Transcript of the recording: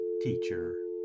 teacher